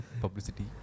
publicity